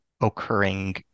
occurring